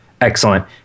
excellent